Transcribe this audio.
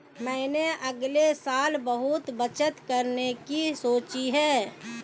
मैंने अगले साल बहुत बचत करने की सोची है